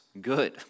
good